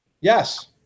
Yes